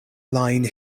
line